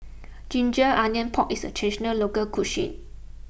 Ginger Onions Pork is a Traditional Local Cuisine